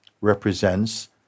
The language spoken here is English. represents